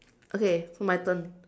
okay my turn